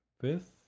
fifth